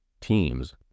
teams